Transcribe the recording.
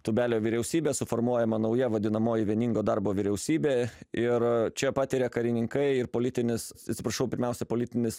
tūbelio vyriausybė suformuojama nauja vadinamoji vieningo darbo vyriausybė ir čia patiria karininkai ir politinis atsiprašau pirmiausia politinis